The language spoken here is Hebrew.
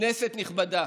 כנסת נכבדה,